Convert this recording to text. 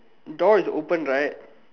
door is open right